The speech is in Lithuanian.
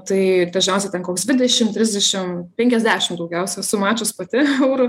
tai dažniausiai ten koks dvidešim trisdešim penkiasdešim daugiausiai esu mačius pati eurų